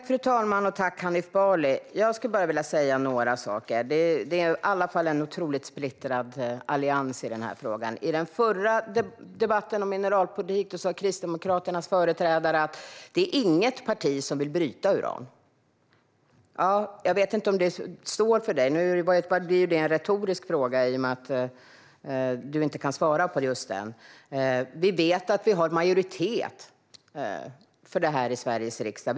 Fru talman! Det är en otroligt splittrad allians i den här frågan. I den förra debatten om mineralpolitiken sa Kristdemokraternas företrädare att det inte finns något parti som vill att man ska bryta uran. Jag vet inte om det står för dig, Hanif Bali. Och nu blir det en retorisk fråga eftersom du inte har någon replik kvar för att svara. Vi vet att det finns en majoritet som är för det här i Sveriges riksdag.